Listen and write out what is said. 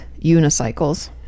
unicycles